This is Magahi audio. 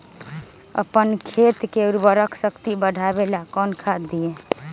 अपन खेत के उर्वरक शक्ति बढावेला कौन खाद दीये?